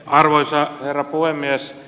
arvoisa herra puhemies